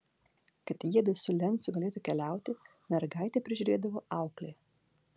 kad jiedu su lencu galėtų keliauti mergaitę prižiūrėdavo auklė